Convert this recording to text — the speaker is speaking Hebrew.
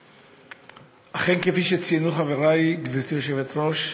אכן, כפי שציינו חברי, גברתי היושבת-ראש,